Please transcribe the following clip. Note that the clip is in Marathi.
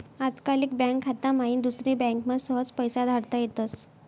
आजकाल एक बँक खाता माईन दुसरी बँकमा सहज पैसा धाडता येतस